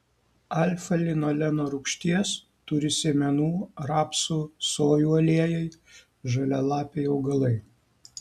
alfa linoleno rūgšties turi sėmenų rapsų sojų aliejai žalialapiai augalai